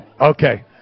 Okay